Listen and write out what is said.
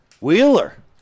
Wheeler